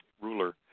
ruler